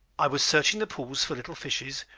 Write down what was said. i was searching the pools for little fishes,